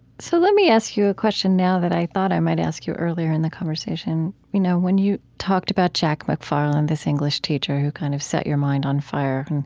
so let me ask you a question now that i thought i might ask you earlier in the conversation. you know you talked about jack mcfarland, this english teacher who kind of set your mind on fire.